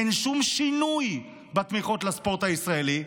אין שום שינוי בתמיכות בספורט הישראלי.